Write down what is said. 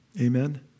Amen